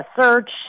search